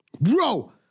bro